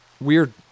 weird